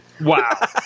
Wow